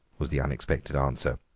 was the unexpected answer.